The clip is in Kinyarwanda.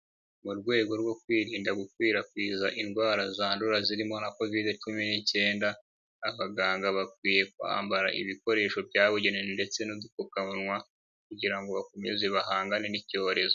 Mu rwego rwo kwirinda gukwirakwiza indwara zandura zirimo na COVID 19 abaganga bakwiye kwambara ibikoresho byabugenewe ndetse n'udupfukagabanwa kugira ngo bakomeze bahangane n'icyorezo.